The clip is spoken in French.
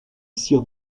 cyr